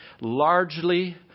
largely